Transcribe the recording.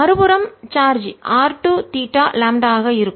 மறுபுறம் சார்ஜ் r2தீட்டா லாம்ப்டா ஆக இருக்கும்